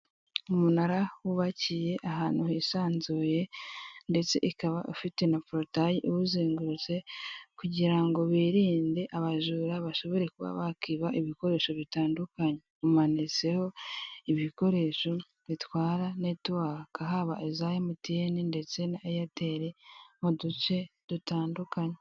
Umunara wubakiye ahantu hisanzuye ndetse ikaba ifite na porutayi iwuzengurutse kugira ngo birinde abajura bashobora kwiba ibikoresho bitatundanye. Umanitseho ibikoresho bitwara netiwaka yaba iya Airtel n'iya MTN mu duce dutandukanye.